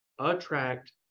attract